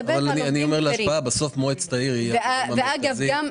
אבל בסוף מועצת העיר היא הגוף המרכזי --- ואגב,